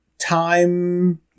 time